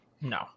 no